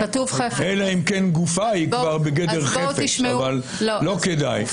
אלא אם כן גופה היא כבר בגדר חפץ אבל לא כדאי.